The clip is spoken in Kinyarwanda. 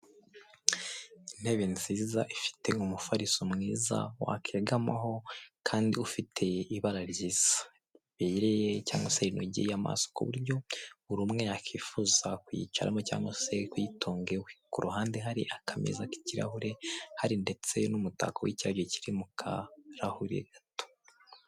Intebe nziza ifite umufariso mwiza wakegamaho, kandi ufite ibara ryiza ribeye cyangwa se rinogeye amaso ku buryo buri umwe yakwifuza kuyicaramo cyangwa se kuyitunga iwe, ku ruhande hari aka meza k'ikirahure hari ndetse n'umutako w'icyirabyo kiri mu karahuri gato.